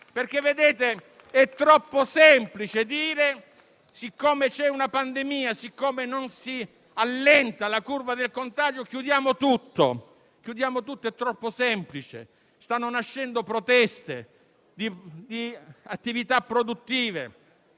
È troppo semplice dire che, siccome c'è una pandemia e siccome non si allenta la curva del contagio, dobbiamo chiudere tutto. È troppo semplice; stanno nascendo proteste di attività produttive,